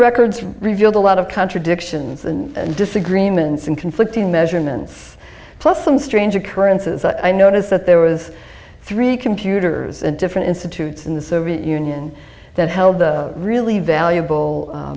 records revealed a lot of contradictions and disagreements and conflicting measurements plus some strange occurrences i noticed that there was three computers and different institutes in the soviet union that held the really valuable